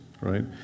right